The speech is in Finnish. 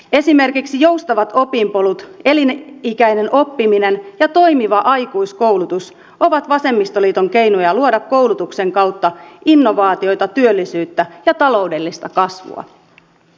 esimerkiksi joustavat opinpolut elinikäinen oppiminen ja toimiva aikuiskoulutus ovat vasemmistoliiton keinoja luoda koulutuksen kautta innovaatioita työllisyyttä ja taloudellista kasvua